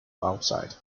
outside